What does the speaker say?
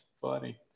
funny